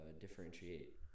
differentiate